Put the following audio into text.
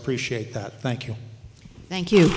appreciate that thank you thank you